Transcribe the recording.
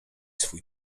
swój